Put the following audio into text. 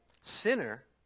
Sinner